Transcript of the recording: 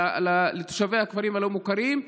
לתושבי הכפרים הלא-מוכרים,